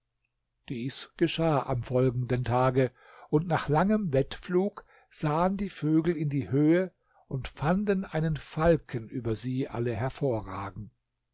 dies geschah am folgenden tage und nach langem wettflug sahen die vögel in die höhe und fanden einen falken über sie alle hervorragen